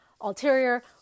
ulterior